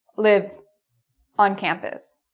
live on campus